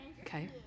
Okay